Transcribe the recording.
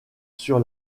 sur